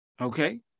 Okay